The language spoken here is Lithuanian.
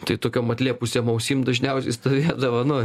tai tokiom atlėpusiom ausim dažniausiai stovėdavo nu